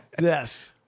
Yes